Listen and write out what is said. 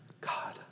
God